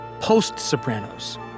post-Sopranos